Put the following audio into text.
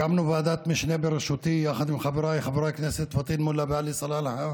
הקמנו ועדת משנה בראשותי יחד עם חבריי חברי הכנסת פטין מולא ועלי סלאלחה